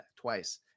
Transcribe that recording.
Twice